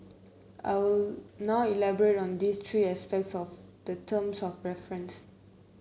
I will now elaborate on these three aspects of the terms of reference